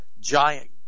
giant